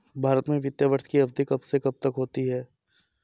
भारत में वित्तीय वर्ष की अवधि कब से कब तक होती है?